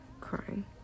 crying